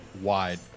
wide